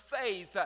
faith